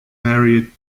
married